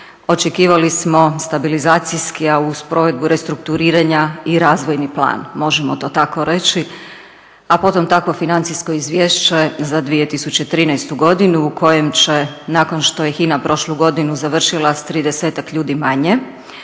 očekivali smo stabilizacijski, a uz provedbu restrukturiranja i razvojni plan, možemo to tako reći, a potom takvo financijsko Izvješće za 2013. godinu u kojem će nakon što je HINA prošlu godinu završila s 30-ak ljudi manje